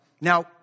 Now